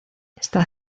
está